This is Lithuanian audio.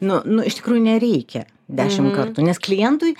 nu nu iš tikrųjų nereikia dešimt kartų nes klientui